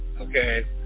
Okay